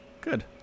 Good